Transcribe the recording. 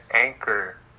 anchor